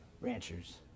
ranchers